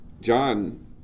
John